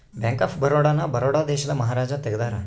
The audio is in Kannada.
ಬ್ಯಾಂಕ್ ಆಫ್ ಬರೋಡ ನ ಬರೋಡ ದೇಶದ ಮಹಾರಾಜ ತೆಗ್ದಾರ